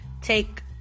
take